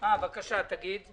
אה, בבקשה, תגיד.